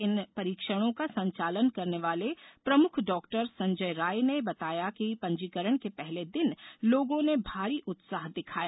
इन परीक्षणों का संचालन करने वाले प्रमुख डॉक्टर संजय राय ने बताया कि पंजीकरण के पहले दिन लोगों ने भारी उत्साह दिखाया